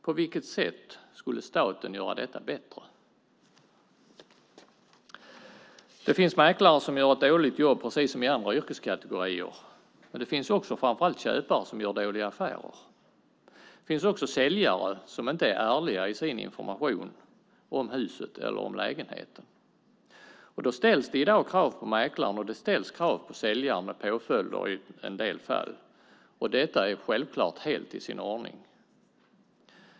På vilket sätt skulle staten göra detta bättre? Det finns mäklare som gör ett dåligt jobb, precis som i andra yrkeskategorier, men det finns framför allt köpare som gör dåliga affärer. Det finns också säljare som inte är ärliga i sin information om huset eller lägenheten. Det ställs i dag krav på mäklaren, och det ställs krav på säljaren med påföljder i en del fall. Detta är självklart helt i sin ordning.